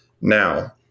Now